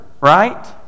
Right